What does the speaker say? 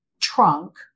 trunk